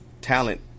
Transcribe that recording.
talent